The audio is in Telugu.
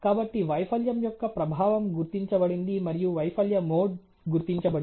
కాబట్టి వైఫల్యం యొక్క ప్రభావం గుర్తించబడింది మరియు వైఫల్య మోడ్ గుర్తించబడింది